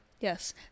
Yes